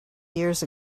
years